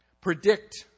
predict